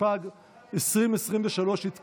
התשפ"ג 2023, נתקבל.